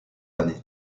années